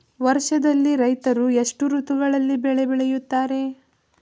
ವರ್ಷದಲ್ಲಿ ರೈತರು ಎಷ್ಟು ಋತುಗಳಲ್ಲಿ ಬೆಳೆ ಬೆಳೆಯುತ್ತಾರೆ?